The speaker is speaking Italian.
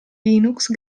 linux